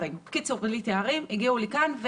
לכאן.